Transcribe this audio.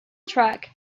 track